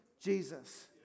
Jesus